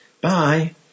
Bye